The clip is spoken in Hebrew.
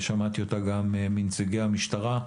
ושמעתי אותה גם מנציגי המשטרה,